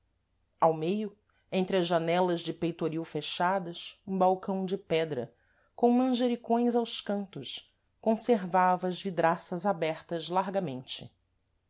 ao meio entre as janelas de peitoril fechadas um balcão de pedra com manjericões aos cantos conservava as vidraças abertas largamente